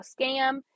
scam